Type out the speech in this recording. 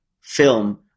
film